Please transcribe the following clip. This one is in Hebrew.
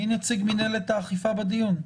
מי נציג מנהלת האכיפה בדיון?